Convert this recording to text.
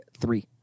three